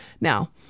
Now